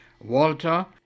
Walter-